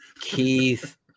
Keith